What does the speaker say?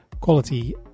Quality